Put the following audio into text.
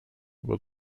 will